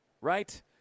right